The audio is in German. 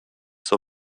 zur